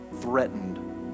threatened